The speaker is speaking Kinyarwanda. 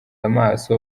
amaso